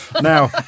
now